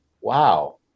wow